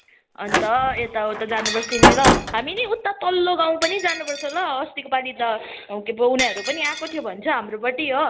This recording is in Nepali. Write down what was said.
अन्त यता उता जानुपर्छ नि ल हामी नि उता पल्लो गाउँ पनि जानुपर्छ ल अस्तिको पालि त के पो उनीहरू पनि आएको थियो भन्छ हाम्रोपट्टि हो